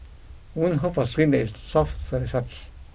women hope for skin that is soft sorry such